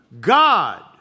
God